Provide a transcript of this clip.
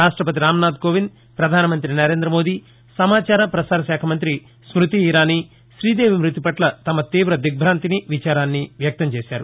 రాష్టపతి రామనాధ్ కోవింద్ ప్రధానమంత్రి నరేంద్రమోదీ సమాచార పసారశాఖ మంతి స్ట్మతిఇరానీ శ్రీదేవి మృతి పట్ల తమ తీవ దిగ్బాంతిని విచారాన్ని వ్యక్తం చేశారు